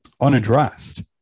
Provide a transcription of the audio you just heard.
unaddressed